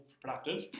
productive